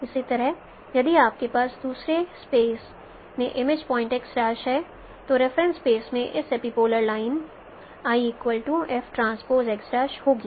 इसी तरह यदि आपके पास दूसरे स्पेस में इमेज पॉइंट् x' है तो रेफरेंस स्पेस में इसकी एपीपोलर लाइन l FTx' होगी